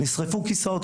נשרפו כסאות,